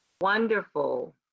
wonderful